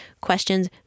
questions